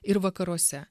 ir vakaruose